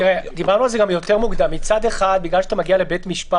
הוא לא זה שאמור לספק לדירקטורים את הביטחון להמשיך